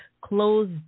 close